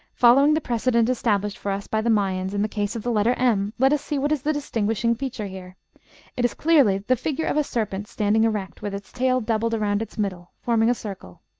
following the precedent established for us by the mayas in the case of the letter m, let us see what is the distinguishing feature here it is clearly the figure of a serpent standing erect, with its tail doubled around its middle, forming a circle.